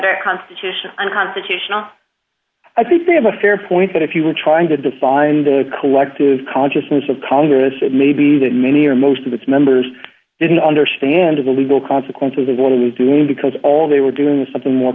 a constitution unconstitutional i think they have a fair point that if you were trying to define the collective consciousness of congress it may be that many or most of its members didn't understand the legal consequences of what he was doing because all they were doing was something more